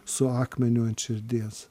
su akmeniu ant širdies